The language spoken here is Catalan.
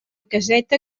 caseta